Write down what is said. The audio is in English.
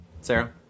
Sarah